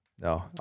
no